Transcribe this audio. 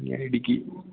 ഞാൻ ഇടുക്കി